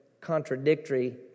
contradictory